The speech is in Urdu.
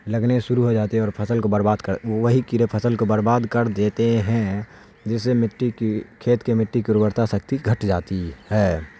لگنے شروع ہو جاتی ہے اور فصل کو برباد کر وہی کیرے فصل کو برباد کر دیتے ہیں جس سے مٹی کی کھیت کے مٹی کی ارورتا شکتی گھٹ جاتی ہے